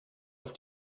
auf